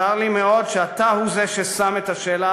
צר לי מאוד שאתה הוא זה ששם את השאלה